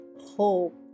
hope